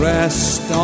Rest